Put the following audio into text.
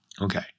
Okay